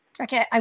Okay